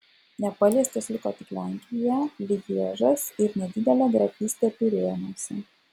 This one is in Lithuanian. nepaliestos liko tik lenkija lježas ir nedidelė grafystė pirėnuose